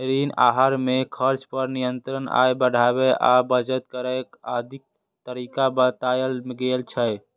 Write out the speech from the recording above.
ऋण आहार मे खर्च पर नियंत्रण, आय बढ़ाबै आ बचत करै आदिक तरीका बतायल गेल छै